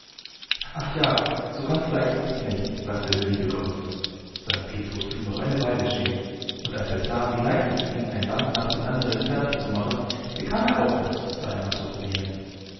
ach ja so ganz leicht ist es nicht sagte der liebe gott sankt petrus blieb noch eine weile stehen und als er sah wie leicht es ging ein land nach dem andern fertig zu machen bekam er auch lust es einmal zu probieren